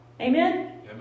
Amen